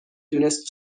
دونست